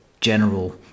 general